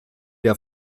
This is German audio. der